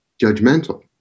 judgmental